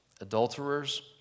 adulterers